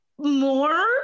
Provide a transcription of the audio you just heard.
More